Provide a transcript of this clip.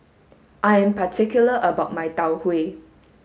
I am particular about my Tau Huay